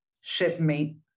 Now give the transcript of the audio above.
shipmate